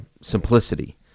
simplicity